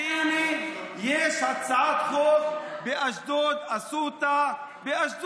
ומתי, והינה, יש הצעת חוק על אשדוד, עשו באשדוד.